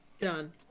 done